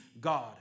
God